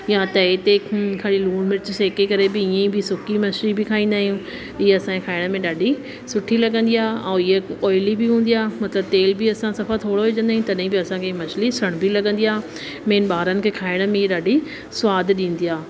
या तए ते खणी लूण मिर्च सेके करे बि ईअंई बि सुकी मछी बि खाइंदा आहियूं हीअ असांखे खाइण में ॾाढी सुठी लॻंदी आहे ऐं हीअ ऑइली बि हूंदी आहे मतिलबु तेल बि असां सफ़ा थोरो ई विझंदा आहियूं तॾहिं बि असां खे हीअ मछली सणबी लॻंदी आहे मेन ॿारनि खे खाइण में ये ॾाढी स्वादु ॾींदी आहे